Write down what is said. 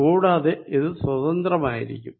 കൂടാതെ ഇത് സ്വതന്ത്രമായിരിക്കാം